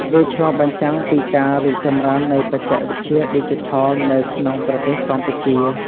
វាឆ្លុះបញ្ចាំងពីការរីកចម្រើននៃបច្ចេកវិទ្យាឌីជីថលនៅក្នុងប្រទេសកម្ពុជា។